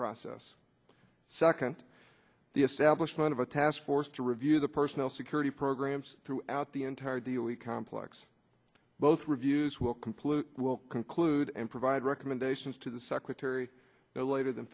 process second the establishment of a task force to review the personal security programs throughout the entire dealy complex both reviews will complete will conclude and provide recommendations to the secretary no later than